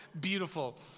beautiful